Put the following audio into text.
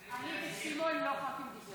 הנושא לוועדת הכלכלה